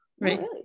Right